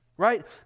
right